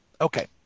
okay